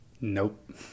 Nope